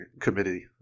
committee